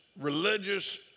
religious